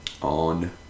on